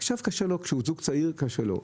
עכשיו קשה לו, כשהוא זוג צעיר קשה לו.